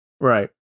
Right